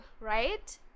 right